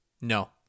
No